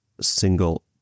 single